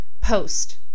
post